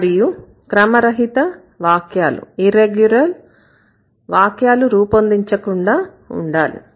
మరియు క్రమరహిత వాక్యాలు రూపొందించ కుండా ఉండాలి